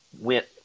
went